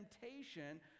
temptation